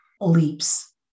leaps